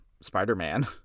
spider-man